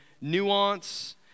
nuance